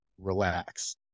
relax